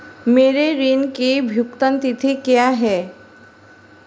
मेरे ऋण की भुगतान तिथि क्या है?